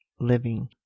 living